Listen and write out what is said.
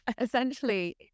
essentially